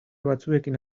batzuekin